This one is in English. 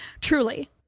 truly